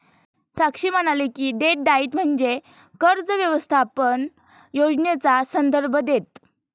साक्षी म्हणाली की, debt diet म्हणजे कर्ज व्यवस्थापन योजनेचा संदर्भ देतं